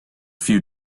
few